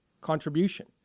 contribution